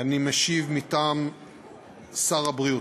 אני משיב מטעם שר הבריאות.